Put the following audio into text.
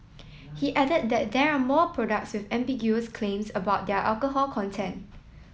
he added that there are more products with ambiguous claims about their alcohol content